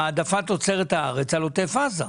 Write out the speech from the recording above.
העדפת תוצרת הארץ על עוטף עזה.